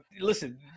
Listen